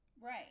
Right